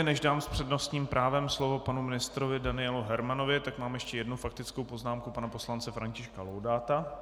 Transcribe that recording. Než dám s přednostním právem slovo panu ministrovi Danielu Hermanovi, tak mám ještě jednu faktickou poznámku pana poslance Františka Laudáta.